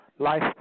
life